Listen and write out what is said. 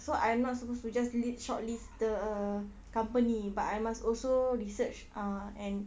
so I'm not supposed to just list shortlist the uh company but I must also research uh and